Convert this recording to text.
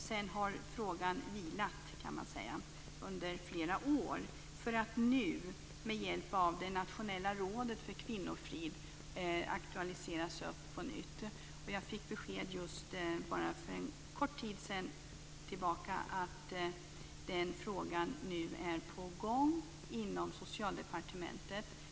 Sedan har frågan vilat, kan man säga, under flera år för att nu med hjälp av det nationella rådet för kvinnofrid aktualiseras på nytt. Jag fick besked bara för en kort tid sedan om att frågan nu är på gång inom Socialdepartementet.